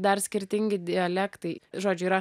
dar skirtingi dialektai žodžiu yra